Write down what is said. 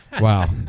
wow